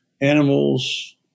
animals